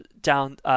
down